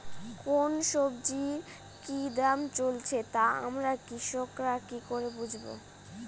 কোন সব্জির কি দাম চলছে তা আমরা কৃষক রা কি করে বুঝবো?